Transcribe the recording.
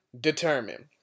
determine